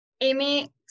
Amy